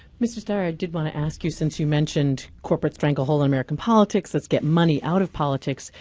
mr. steyer, i did want to ask you, since you mentioned corporate stranglehold on american politics, let's get money out of politics,